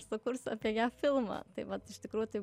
sukursiu apie ją filmą tai vat iš tikrųjų tai